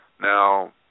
Now